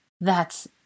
That's